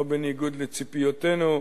לא בניגוד לציפיותינו,